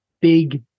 big